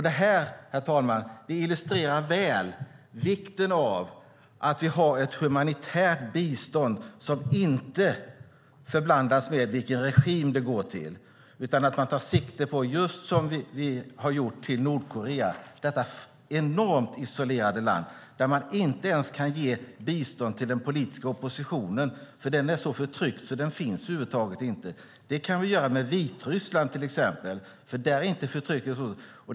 Det här, herr talman, illustrerar väl vikten av att vi har ett humanitärt bistånd som inte förblandas med vilken regim det går till, ett bistånd som vi just har till Nordkorea, detta enormt isolerade land där man inte ens kan ge bistånd till den politiska oppositionen, för den är så förtryckt att den inte finns över huvud taget. Det kan vi göra när det gäller Vitryssland till exempel, för där är inte förtrycket så stort.